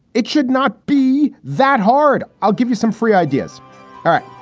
it should not be that hard i'll give you some free ideas. all right.